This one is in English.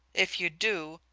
if you do,